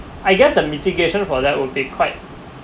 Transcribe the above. I guess the mitigation for that would be quite